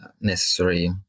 necessary